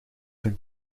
een